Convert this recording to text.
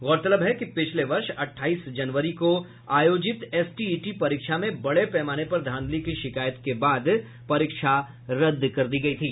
गौरतलब है कि पिछले वर्ष अट्ठाईस जनवरी को आयोजित एसटीईटी परीक्षा में बड़े पैमाने पर धांधली की शिकायत के बाद परीक्षा रद्द कर दी गयी थी